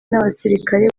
n’abasirikari